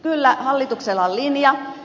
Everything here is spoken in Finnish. kyllä hallituksella on linja